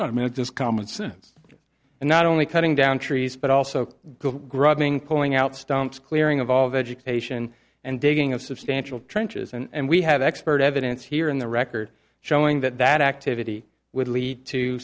minute just common sense and not only cutting down trees but also grabbing pulling out stumps clearing of all vegetation and digging of substantial trenches and we have expert evidence here in the record showing that that activity would lead to